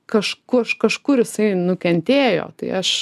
kažku iš kažkur jisai nukentėjo tai aš